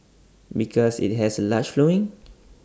because IT has A large following